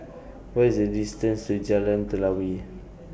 What IS The distance to Jalan Telawi